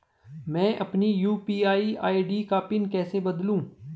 मैं अपनी UPI ID का पिन कैसे बदलूं?